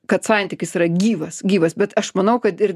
kad santykis yra gyvas gyvas bet aš manau kad ir